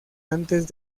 antes